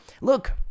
Look